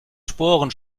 sporen